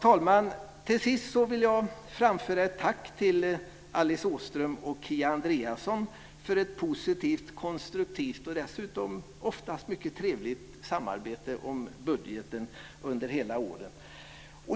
Till sist vill jag framföra ett tack till Alice Åström och Kia Andreasson för ett positivt, konstruktivt och dessutom oftast mycket trevligt samarbete med budgeten och under hela året.